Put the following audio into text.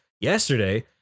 Yesterday